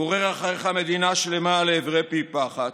גורר אחריך מדינה שלמה לעברי פי פחת.